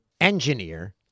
engineer